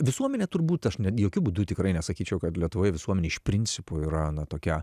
visuomenė turbūt aš netgi jokiu būdu tikrai nesakyčiau kad lietuvoje visuomenė iš principo yra na tokia